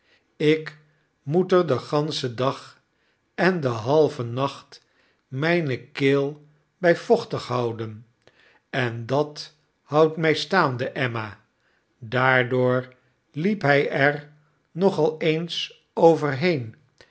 ik moet er den ganschen dag en den halven nacht mane keel by vochtig houden en dat houdtmijstaandeemma daardoor liep hy er nogal eens overheen